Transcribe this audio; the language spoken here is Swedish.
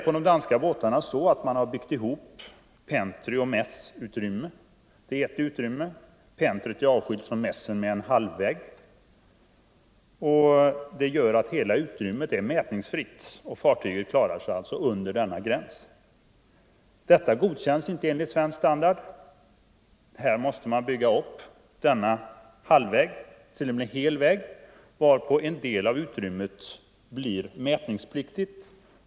På de danska båtarna har man byggt ihop pentryoch mässutrymmena till ett enda utrymme; pentryt är avskilt från mässen med en halv vägg. Det gör att hela utrymmet är mätningsfritt och fartyget klarar sig alltså under denna gräns. Detta godkänns inte enligt svensk standard. Här 89 måste man bygga upp halvväggen till en hel vägg, varpå en del av utrymmet blir mätningspliktigt.